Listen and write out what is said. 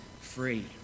free